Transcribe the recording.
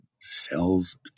cells